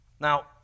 Now